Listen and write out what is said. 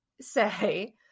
say